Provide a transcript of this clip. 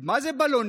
מה זה בלונים?